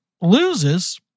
loses